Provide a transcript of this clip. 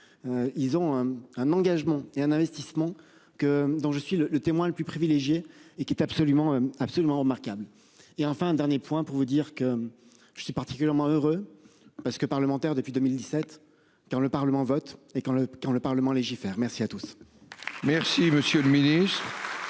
Ils ont un engagement et un investissement que dont je suis le témoin le plus privilégié et qui est absolument absolument remarquables. Et enfin dernier point pour vous dire que. Je suis particulièrement heureux parce que parlementaire depuis 2017 quand le Parlement vote et quand le, quand le Parlement légifère. Merci à tous. Merci, monsieur le Ministre.